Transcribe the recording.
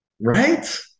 right